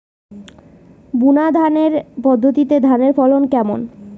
বুনাধানের পদ্ধতিতে ধানের ফলন কেমন?